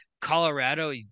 Colorado